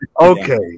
okay